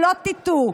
שלא תטעו.